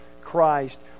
Christ